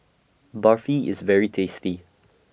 Barfi IS very tasty